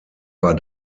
war